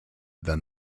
than